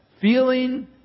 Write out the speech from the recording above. Feeling